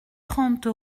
trente